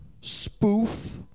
Spoof